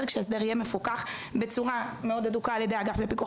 כשההסדר יהיה מפוקח בצורה מאוד הדוקה על-ידי האגף לפיקוח